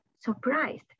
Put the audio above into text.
surprised